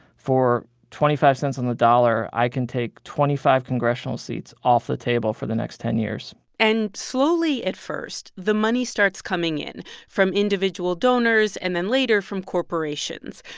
for twenty five cents on the dollar, i can take twenty five congressional seats off the table for the next ten years and slowly at first, the money starts coming in from individual donors and then later from corporations.